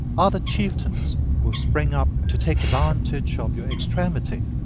other chieftains will spring up to take advantage of your extremity.